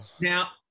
Now